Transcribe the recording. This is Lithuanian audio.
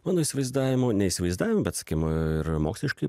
mano įsivaizdavimu ne įsivaizdavimu bet sakim ir moksliškai